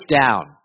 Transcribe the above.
down